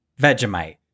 Vegemite